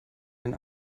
den